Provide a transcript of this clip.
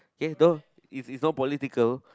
yeah door it's it's not political